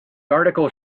article